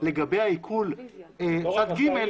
לגבי העיקול צד ג',